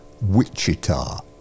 Wichita